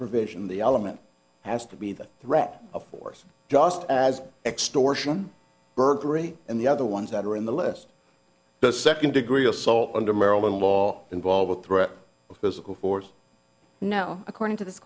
provision the element has to be the threat of force just as extortion burglary and the other ones that are in the list the second degree assault under maryland law involve a threat of physical force no according to this